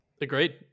Agreed